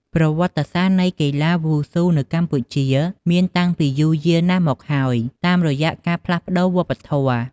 ប្រវត្តិសាស្រ្តនៃកីឡាវ៉ូស៊ូនៅកម្ពុជាមានតាំងពីយូរយារណាស់មកហើយ តាមរយៈការផ្លាស់ប្ដូរវប្បធម៌។